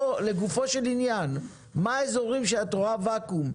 היה מחסור זמני בשוק,